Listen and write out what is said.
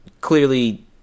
clearly